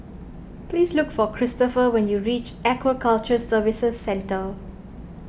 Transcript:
please look for Kristopher when you reach Aquaculture Services Centre